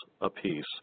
apiece